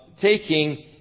taking